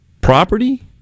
property